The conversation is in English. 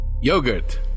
Yogurt